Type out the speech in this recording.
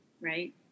right